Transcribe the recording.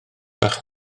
fach